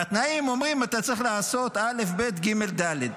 והתנאים אומרים: אתה צריך לעשות א', ב', ג', ד'.